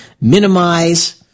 minimize –